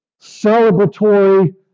celebratory